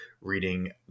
reading